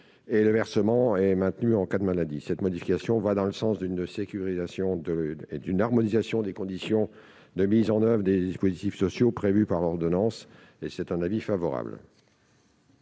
et le versement est maintenu en cas de maladie, cette modification va dans le sens d'une sécurisation de et d'une harmonisation des conditions de mise en oeuvre et des dispositifs sociaux prévus par l'ordonnance et c'est un avis favorable.